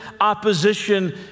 opposition